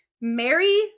Mary